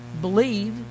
believe